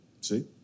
See